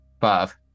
five